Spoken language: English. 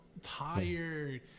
tired